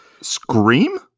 Scream